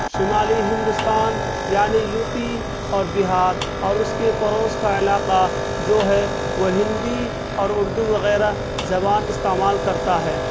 شمالی ہندوستان یعنی U P اور بہار اور اس کے پڑوس کا علاقہ جو ہے وہ ہندی اور اردو وغیرہ زبان استعمال کرتا ہے